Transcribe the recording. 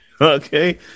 Okay